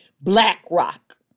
BlackRock